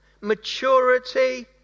maturity